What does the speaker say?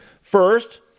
First